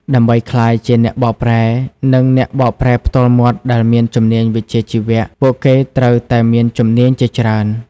ដើម្បីក្លាយជាអ្នកបកប្រែ និងអ្នកបកប្រែផ្ទាល់មាត់ដែលមានជំនាញវិជ្ជាជីវៈ ពួកគេត្រូវតែមានជំនាញជាច្រើន។